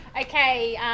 Okay